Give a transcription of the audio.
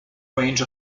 range